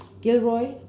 Gilroy